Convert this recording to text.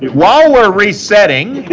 while we're resetting